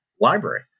library